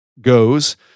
goes